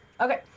Okay